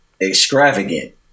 Extravagant